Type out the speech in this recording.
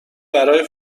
برای